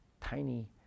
tiny